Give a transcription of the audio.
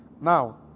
Now